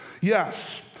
Yes